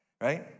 right